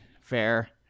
Fair